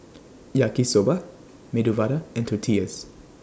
Yaki Soba Medu Vada and Tortillas